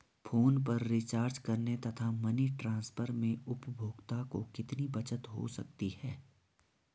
Phone पर recharge करने तथा मनी ट्रांसफर में उपभोक्ता को कितनी बचत हो सकती है?